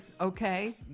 okay